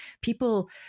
People